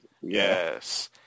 Yes